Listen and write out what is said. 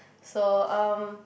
so erm